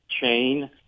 chain